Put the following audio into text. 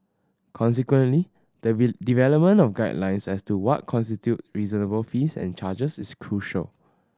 consequently the development of guidelines as to what constitute reasonable fees and charges is crucial